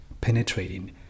penetrating